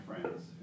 friends